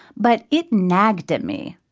but it nagged at me.